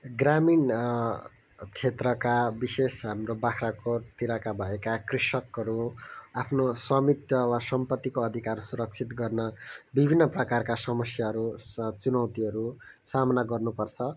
ग्रामीण क्षेत्रका विशेष हामम्रो बाग्राकेटतिरका भएका कृषकहरू आफ्नो स्वामित्व वा सम्पत्तिको अधिकार सुरक्षित गर्न विभिन्न प्रकारका समस्याहरू चुनौतीहरू सामना गर्नुपर्छ